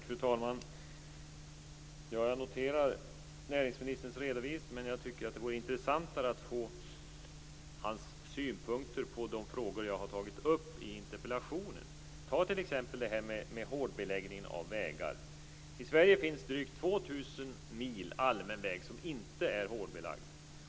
Fru talman! Jag noterar näringsministerns redovisning. Men jag tycker att det vore intressantare att få höra hans synpunkter på de frågor som jag har tagit upp i interpellationen. Ett exempel är hårdbeläggningen av vägar. I Sverige finns drygt 2 000 mil allmän väg som inte är hårdbelagd.